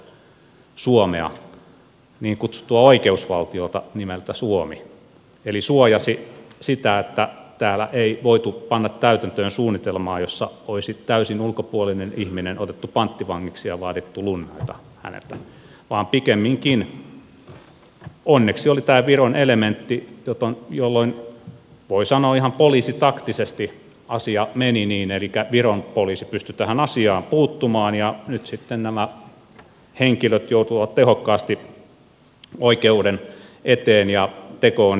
viro auttoi suomea niin kutsuttua oikeusvaltiota nimeltä suomi eli suojasi sitä että täällä ei voitu panna täytäntöön suunnitelmaa jossa olisi täysin ulkopuolinen ihminen otettu panttivangiksi ja vaadittu lunnaita hänestä vaan pikemminkin onneksi oli tämä viron elementti jolloin voi sanoa ihan poliisitaktisesti asia meni niin elikkä viron poliisi pystyi tähän asiaan puuttumaan ja nyt sitten nämä henkilöt joutuvat tehokkaasti oikeuden eteen ja teko on estetty